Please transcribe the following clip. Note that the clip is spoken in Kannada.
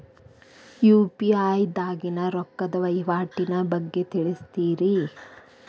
ಯು.ಪಿ.ಐ ದಾಗಿನ ರೊಕ್ಕದ ವಹಿವಾಟಿನ ಬಗ್ಗೆ ತಿಳಸ್ರಿ